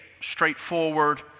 straightforward